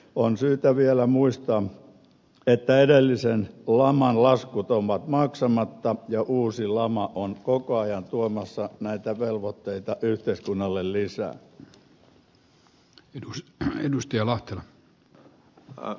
on syytä vielä muistaa että edellisen laman laskut ovat maksamatta ja uusi lama on koko ajan tuomassa näitä velvoitteita yhteiskunnalle lisää